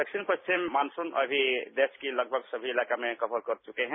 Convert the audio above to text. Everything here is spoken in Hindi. दक्षिण पश्चिम मॉनसून अभी देश के लगभग सभी इलाकों में कवर कर चुका है